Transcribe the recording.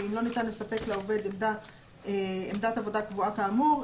לא ניתן לספק לעובד עמדת עבודה קבועה כאמור,